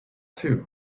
too